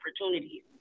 opportunities